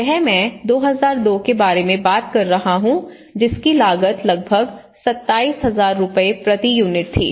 यह मैं 2002 के बारे में बात कर रहा हूं जिसकी लागत लगभग 27000 रुपये प्रति यूनिट थी